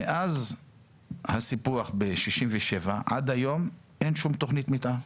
מאז הסיפוח ב-1967 ועד היום אין שום תוכנית מתאר.